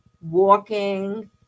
walking